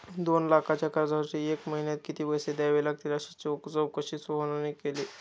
दोन लाखांच्या कर्जासाठी एका महिन्यात किती पैसे द्यावे लागतील अशी चौकशी सोहनने केली